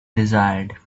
desired